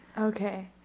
Okay